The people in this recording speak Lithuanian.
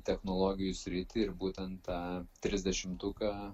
technologijų sritį ir būtent tą trisdešimtuką